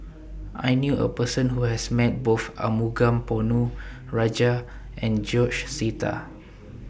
I knew A Person Who has Met Both Arumugam Ponnu Rajah and George Sita